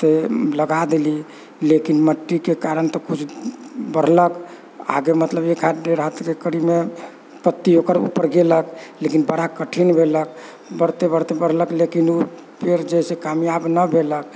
तऽ लगा देलीह लेकिन मट्टीके कारण तऽ किछु बढ़लक आगे मतलब एक हाथ डेढ़ हाथके करीबमे पत्ती ओकर ऊपर गेलक लेकिन बड़ा कठिन भेलक बढ़ते बढ़ते बढ़लक लेकिन ओ पेड़ जइसे कामयाब न भेलक